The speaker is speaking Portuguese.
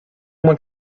uma